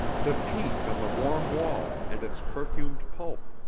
the peach on the warm wall and its perfumed pulp.